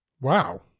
wow